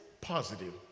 positive